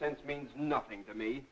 cents means nothing to me